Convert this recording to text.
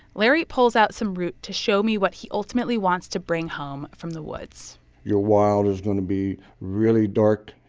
larry pulls out some root to show me what he ultimately wants to bring home from the woods your wild is going to be really dark,